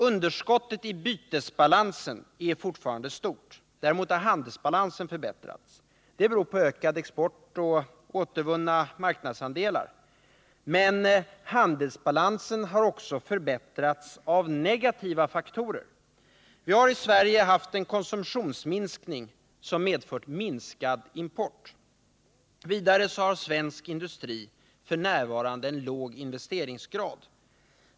Underskottet i bytesbalansen är fortfarande stort. Däremot har handelsbalansen förbättrats. Det beror på ökad export och återvunna marknadsandelar. Men handelsbalansen har också förbättrats av negativa faktorer: Vi har i Sverige haft en konsumtionsminskning som medfört minskad import. Vidare har svensk industri f. n. en låg investeringsgrad.